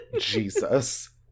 Jesus